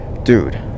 dude